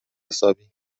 حسابی